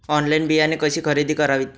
Online बियाणे कशी खरेदी करावीत?